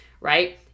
right